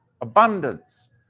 abundance